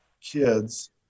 kids